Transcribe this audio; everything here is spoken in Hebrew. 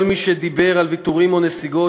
כל מי שדיבר על ויתורים או נסיגות,